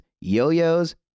yo-yos